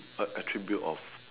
a attribute of